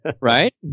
Right